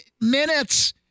minutes